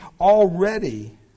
already